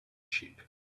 sheep